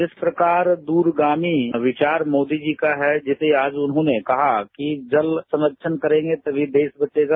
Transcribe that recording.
जिस प्रकार द्ररगामी विचार मोदी जी का है जिसे आज उन्होंने कहा कि जल संरक्षण करेंगे तमी देश बचेगा